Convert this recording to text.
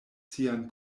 sian